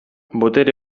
botere